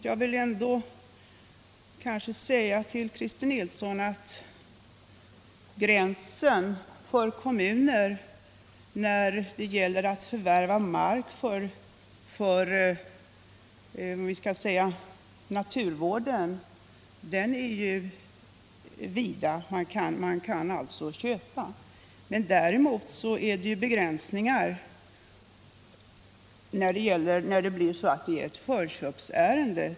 Jag vill ändå säga till Christer Nilsson att gränserna för kommunerna när det gäller att förvärva mark exempelvis för naturvårdsändamål är vida. Däremot är den kommunala kompetensen begränsad när det gäller förköpsärenden.